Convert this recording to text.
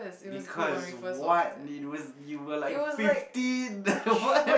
because what it was you were like fifteen what